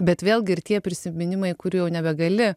bet vėlgi ir tie prisiminimai kurių jau nebegali